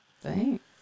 Thanks